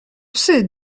psy